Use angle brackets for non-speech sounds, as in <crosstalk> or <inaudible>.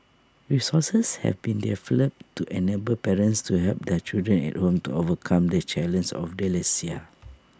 resources have been developed to enable parents to help their children at home to overcome the <unintelligible> of dyslexia